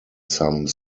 some